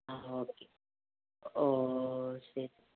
ஓ ஓ சரி